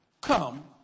come